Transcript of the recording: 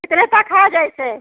कितने तक है जैसे